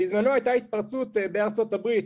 בזמנו הייתה התפרצות בארצות הברית,